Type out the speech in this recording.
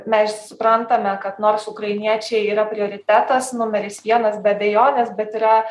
mes suprantame kad nors ukrainiečiai yra prioritetas numeris vienas be abejonės bet yra